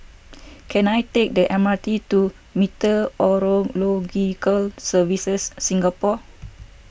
can I take the M R T to Meteorological Services Singapore